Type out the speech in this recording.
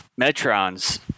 Metron's